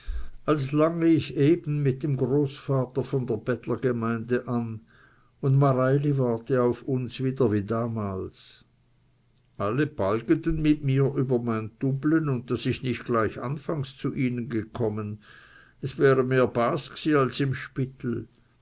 als lange ich eben mit dem großvater von der bettlergemeinde an und mareili warte uns wieder auf wie damals alle balgeten mit mir über mein tublen und daß ich nicht gleich anfangs zu ihnen gekommen es wäre mir bas gsi als im spittel